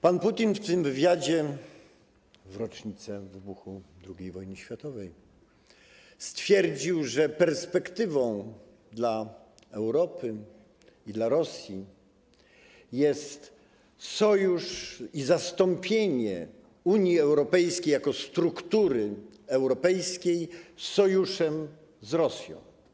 Pan Putin w tym wywiadzie w rocznicę wybuchu II wojny światowej stwierdził, że perspektywą dla Europy i dla Rosji jest sojusz i zastąpienie Unii Europejskiej jako struktury europejskiej sojuszem z Rosją.